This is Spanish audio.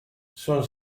son